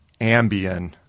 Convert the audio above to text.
Ambien